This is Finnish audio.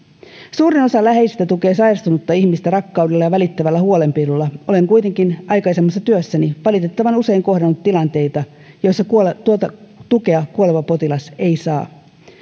suurin osa läheisistä tukee sairastunutta ihmistä rakkaudella ja välittävällä huolenpidolla olen kuitenkin aikaisemmassa työssäni valitettavan usein kohdannut tilanteita joissa tuota tukea kuoleva potilas ei saa